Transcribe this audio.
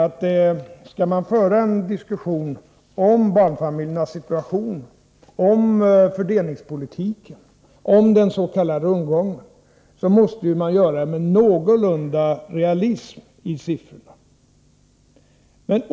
Om man skall föra en diskussion om barnfamiljernas situation, om fördelningspolitiken och om den s.k. rundgången, måste man göra det med någorlunda realism i siffrorna.